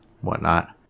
whatnot